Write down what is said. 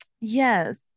yes